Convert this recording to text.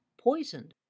poisoned